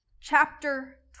chapter